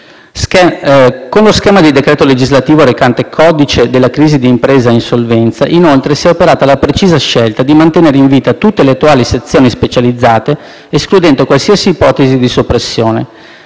Con lo schema di decreto legislativo recante "Codice della crisi di impresa e dell'insolvenza", inoltre, si è operata la precisa scelta di mantenere in vita tutte le attuali sezioni specializzate, escludendo qualsiasi ipotesi di soppressione.